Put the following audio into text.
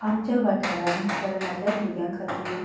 आमच्या वाठारांत तरणाट्यां भुरग्यां खातीर